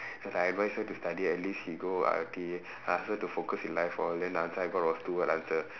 cause I advise her to study at least she go I_T_E I ask her to focus in life for then the answer I got was two word answer